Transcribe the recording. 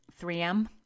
3M